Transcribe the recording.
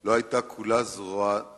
לא היתה כולה זרועה נחת,